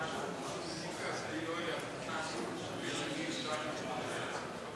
(הישיבה נפסקה בשעה 17:36 ונתחדשה בשעה 17:41.)